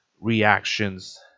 reactions